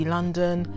London